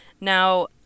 Now